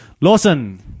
Lawson